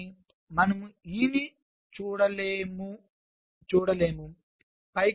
కానీ మనము E ని చూడలే ము